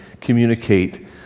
communicate